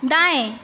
दाएं